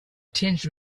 tinged